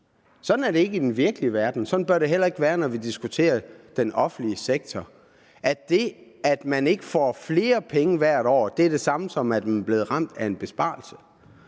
Sådan er det ikke i den virkelige verden, og sådan bør det heller ikke være, når vi diskuterer den offentlige sektor, nemlig at det, at man ikke får flere penge hvert år, er det samme, som at man er blevet ramt af en besparelse.